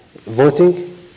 voting